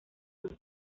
sus